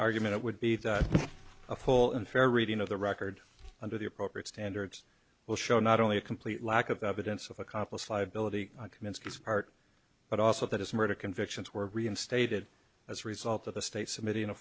argument would be that a full and fair reading of the record under the appropriate standards will show not only a complete lack of evidence of accomplice liability commenced this part but also that his murder convictions were reinstated as a result of the state submitting a